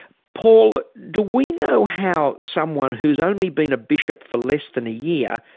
paul, do we know how someone who's only been a bishop for less than a year,